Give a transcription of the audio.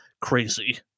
crazy